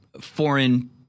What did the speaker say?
foreign